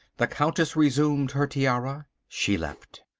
the countess resumed her tiara. she left.